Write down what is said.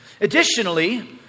Additionally